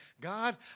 God